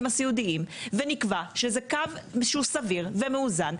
הסיעודיים ונקבע שהוא סביר ומאוזן.